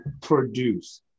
produce